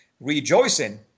rejoicing